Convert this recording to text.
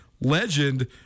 legend